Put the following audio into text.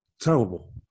terrible